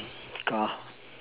car